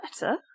Better